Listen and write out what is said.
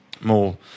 more